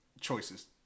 choices